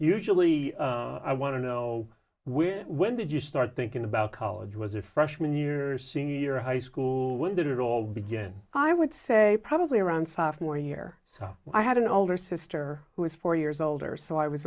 usually i want to know when did you start thinking about college was a freshman year or senior high school when did it all begin i would say probably around sophomore year so i had an older sister who was four years older so i was